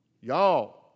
Y'all